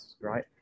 right